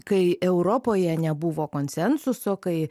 kai europoje nebuvo konsensuso kai